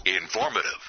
Informative